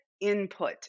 input